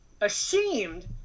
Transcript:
ashamed